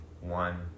one